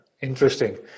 Interesting